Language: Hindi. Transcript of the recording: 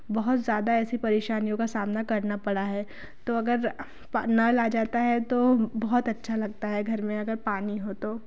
बहुत ज़्यादा ऐसी परेशानियों का सामना करना पड़ा है तो अगर नल आ जाता है तो बहुत अच्छा लगता है घर में अगर पानी हो तो